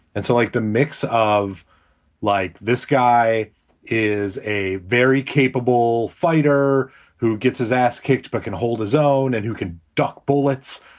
and so like a mix of like this guy is a very capable fighter who gets his ass kicked but can hold his own and who can duck bullets,